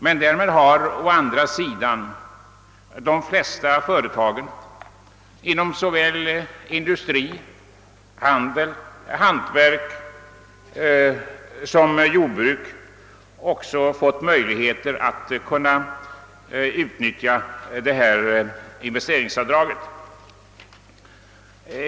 Samtidigt har de flesta företagen inom såväl industri, handel och hantverk som inom jordbruk fått möjligheter att utnyttja detta investeringsavdrag.